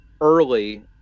early